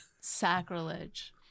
Sacrilege